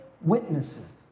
witnesses